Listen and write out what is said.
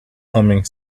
humming